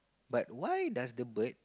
but why does the bird